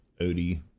Odie